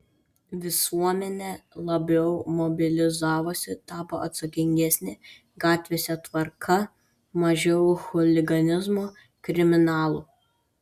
visuomenė labiau mobilizavosi tapo atsakingesnė gatvėse tvarka mažiau chuliganizmo kriminalų